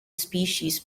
species